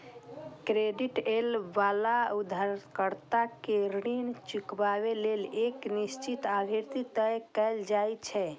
credit लए बला उधारकर्ता कें ऋण चुकाबै लेल एक निश्चित अवधि तय कैल जाइ छै